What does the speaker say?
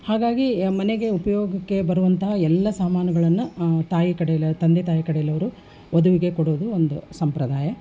ಹಾಗಾಗಿ ಮನೆಗೆ ಉಪಯೋಗಕ್ಕೆ ಬರುವಂತಹ ಎಲ್ಲ ಸಾಮಾನುಗಳನ್ನು ತಾಯಿ ಕಡೆಯಲ್ಲಿ ತಂದೆ ತಾಯಿ ಕಡೆಯಲ್ಲವರು ವಧುವಿಗೆ ಕೊಡುವುದು ಒಂದು ಸಂಪ್ರದಾಯ